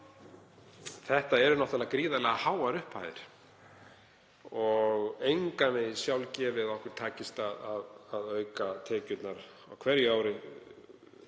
Þetta eru náttúrlega gríðarlega háar upphæðir og engan veginn sjálfgefið að okkur takist að auka tekjurnar á hverju ári